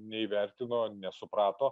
neįvertino nesuprato